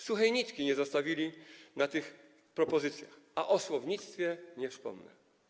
Suchej nitki nie zostawili na tych propozycjach, o słownictwie nie wspomnę.